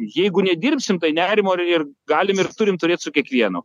jeigu nedirbsim tai nerimo ir ir galim ir turim turėt su kiekvienu